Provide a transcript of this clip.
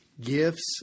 Gifts